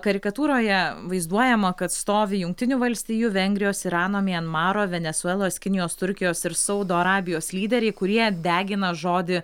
karikatūroje vaizduojama kad stovi jungtinių valstijų vengrijos irano mianmaro venesuelos kinijos turkijos ir saudo arabijos lyderiai kurie degina žodį